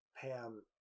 Pam